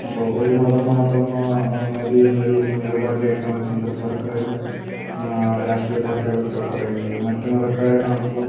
അപ്പോൾ ഒരു മതം മാത്രം മതി എന്ന ഒരു നിലപാടിലേക്കാണ് കേന്ദ്ര സർക്കാരും രാഷ്ട്രീയ പാർട്ടികളും ഒക്കെ പറയുന്നത് മറ്റു മതക്കാരെ കാണുമ്പം